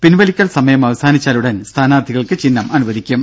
പിൻവലിക്കൽ സമയം അവസാനിച്ചാലുടൻ സ്ഥാനാർത്ഥികൾക്ക് ചിഹ്നം അനുവദിക്കും